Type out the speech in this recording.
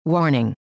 Warning